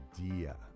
idea